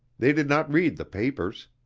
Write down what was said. they did not read the papers.